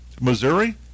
Missouri